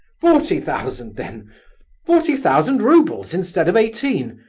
forty thousand, then forty thousand roubles instead of eighteen!